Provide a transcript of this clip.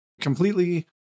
completely